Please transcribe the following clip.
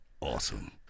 awesome